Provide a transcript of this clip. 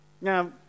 Now